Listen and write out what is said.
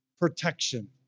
protection